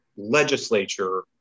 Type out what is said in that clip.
Legislature